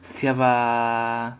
செம:sema